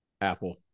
Apple